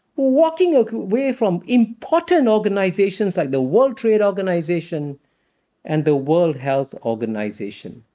walking ah away from important organizations, like the world trade organization and the world health organization.